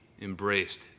embraced